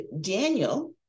Daniel